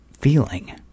feeling